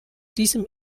diesem